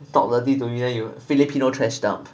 talk dirty to me then you filipino trash dump